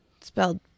spelled